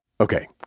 Okay